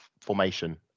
formation